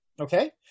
Okay